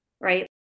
right